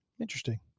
Interesting